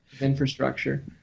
infrastructure